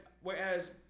whereas